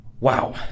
Wow